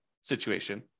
situation